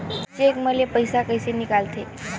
Cheque म ले पईसा कइसे निकलथे?